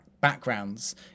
backgrounds